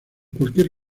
cualquier